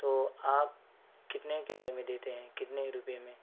تو آپ کتنے کرایے میں دیتے ہیں کتنے روپئے میں